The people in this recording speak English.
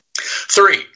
Three